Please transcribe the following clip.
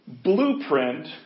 Blueprint